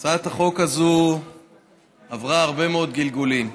הצעת החוק הזאת עברה הרבה מאוד גלגולים.